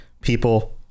people